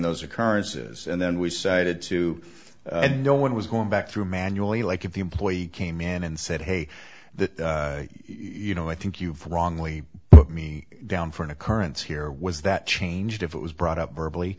those occurrences and then we cited two and no one was going back through manually like if the employee came in and said hey that you know i think you've wrongly me down for an occurrence here was that changed if it was brought up verbally